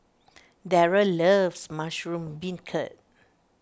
Darell loves Mushroom Beancurd